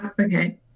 Okay